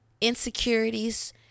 insecurities